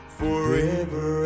forever